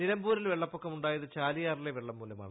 നിലമ്പൂരിൽ വെള്ളപ്പൊക്കമുണ്ടായതു ചാലിയാറിലെ വെള്ളംമുലമാണ്